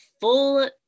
full